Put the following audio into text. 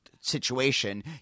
situation